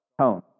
tone